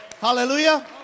Hallelujah